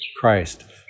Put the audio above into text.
Christ